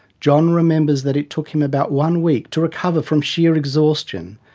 john remembers that it took him about one week to recover from sheer exhaustion.